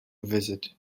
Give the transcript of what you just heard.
visit